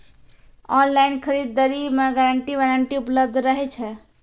Online खरीद दरी मे गारंटी वारंटी उपलब्ध रहे छै?